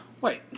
wait